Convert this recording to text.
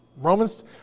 Romans